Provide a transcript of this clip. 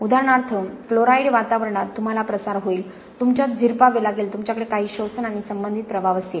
उदाहरणार्थ क्लोराईड वातावरणात तुम्हाला प्रसार होईल तुमच्यात झिरपावे लागेल तुमच्याकडे काही शोषण आणि संबंधित प्रभाव असतील